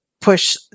Push